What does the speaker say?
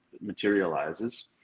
materializes